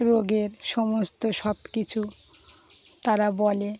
রোগের সমস্ত সব কিছু তারা বলে